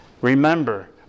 Remember